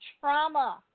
trauma